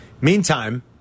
Meantime